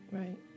right